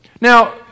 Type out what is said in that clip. Now